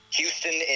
Houston